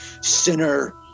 sinner